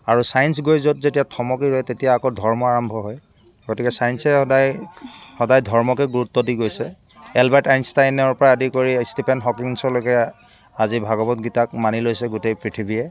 আৰু চায়েন্স গৈ য'ত যেতিয়া থমকী ৰয় তেতিয়া আকৌ ধৰ্ম আৰম্ভ হয় গতিকে চায়েন্সে সদায় সদায় ধৰ্মকে গুৰুত্ব দি গৈছে এলবাৰ্ট আইনষ্টাইনৰ পৰা আদি কৰি ষ্টিফেন হকিংছলৈকে আজি ভাগৱত গীতাক মানি লৈছে গোটেই পৃথিৱীয়ে